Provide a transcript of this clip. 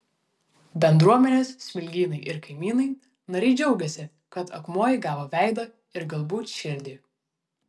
bendruomenės smilgynai ir kaimynai nariai džiaugiasi kad akmuo įgavo veidą ir galbūt širdį